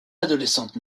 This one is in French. adolescente